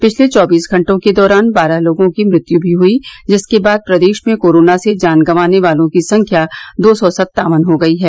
पिछले चौबीस घंटों के दौरान बारह लोगों की मृत्यु भी हुई जिसके बाद प्रदेश में कोरोना से जान गंवाने वालों की संख्या दो सौ सत्तावन हो गयी है